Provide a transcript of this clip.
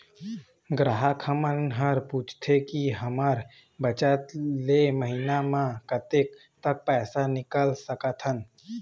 ग्राहक हमन हर पूछथें की हमर बचत ले महीना मा कतेक तक पैसा निकाल सकथन?